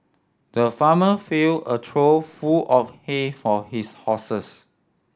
the farmer filled a trough full of hay for his horses